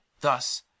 thus